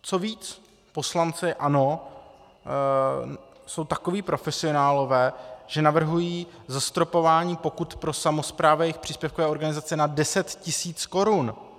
Co víc, poslanci ANO jsou takoví profesionálové, že navrhují zastropování pokut pro samosprávy a jejich příspěvkové organizace na 10 tisíc korun.